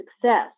success